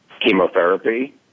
chemotherapy